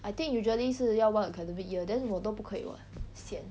I think usually 是要 one academic year then 我都不可以 [what] sian